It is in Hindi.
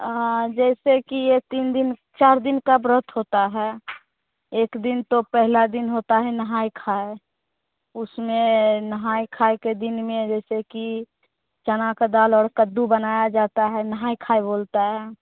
और जैसे कि ये तीन दिन चार दिन का व्रत होता है एक दिन तो पहला दिन होता है नहाये खाये उसमें नहाये खाये के दिन में जैसे कि चना का दाल और कद्दू बनाया जाता है नहाये खाये बोलता है